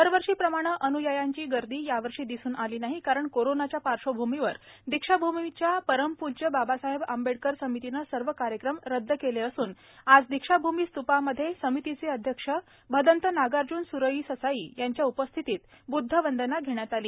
दरवर्षीप्रमाणे अन्यायांची ही गर्दी मात्र यावर्षी दिसून आली नाही कारण कोरोणाच्या पार्श्वभूमीवर दीक्षाभूमीच्या परमपूज्य बाबासाहेब आंबेडकर समितीने सर्व कार्यक्रम रद्द केले असून आज दीक्षाभूमी स्त्पामध्ये समितीचे अध्यक्ष भदंत नागार्जून सुरेई ससाई यांच्या उपस्थितीत ब्द्धवंदना घेण्यात आली